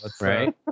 right